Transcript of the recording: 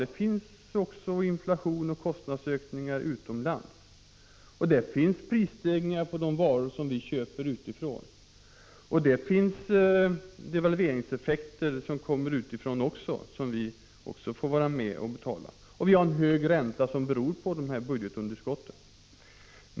Det finns också inflation och kostnadsökningar utomlands, det förekommer prisstegringar på de varor som vi köper utifrån. Och vi har en hög ränta som beror på budgetunderskotten.